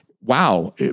wow